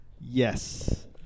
Yes